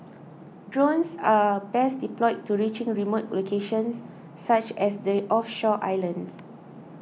drones are best deployed to reaching remote locations such as the offshore islands